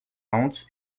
quarante